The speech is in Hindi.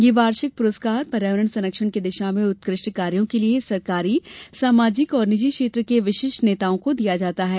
यह वार्षिक पुरस्कार पर्यावरण संरक्षण की दिशा में उत्कृष्ट कार्यों के लिए सरकारी सामाजिक और निजी क्षेत्र के विशिष्ट नेताओं को दिया जाता है